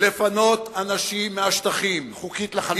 לפנות אנשים מהשטחים, חוקית לחלוטין.